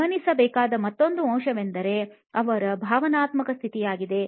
ಗಮನಿಸಬೇಕಾದ ಮತ್ತೊಂದು ಅಂಶವೆಂದರೆ ಅವರ ಭಾವನಾತ್ಮಕ ಸ್ಥಿತಿ ಆಗಿದೆ